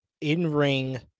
in-ring